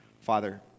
Father